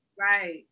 right